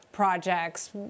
projects